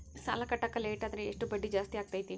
ಸಾಲ ಕಟ್ಟಾಕ ಲೇಟಾದರೆ ಎಷ್ಟು ಬಡ್ಡಿ ಜಾಸ್ತಿ ಆಗ್ತೈತಿ?